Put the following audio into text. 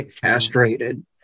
castrated